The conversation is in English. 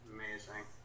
Amazing